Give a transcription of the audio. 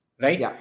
right